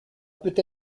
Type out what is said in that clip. peut